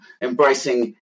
embracing